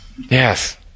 Yes